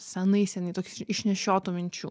senai seniai toks išnešiotų minčių